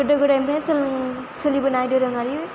गोदो गोदायनिफ्रायनो सोलिबोनाय दोरोङारि